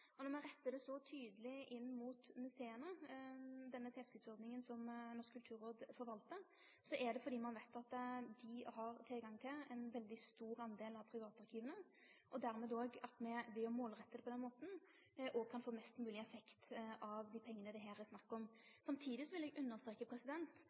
så tydeleg inn mot musea, er det fordi ein veit at dei har tilgang til ein veldig stor del av privatarkiva. Ved å målrette det på den måten, kan me dermed få mest mogleg effekt av dei pengane det her er snakk